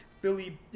Philly